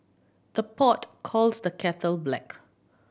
the pot calls the kettle black